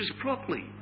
properly